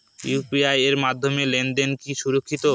UPI এর মাধ্যমে লেনদেন কি সুরক্ষিত?